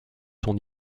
son